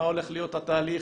מה הולך להיות התהליך.